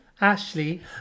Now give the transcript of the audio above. Ashley